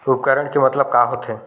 उपकरण के मतलब का होथे?